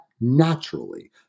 naturally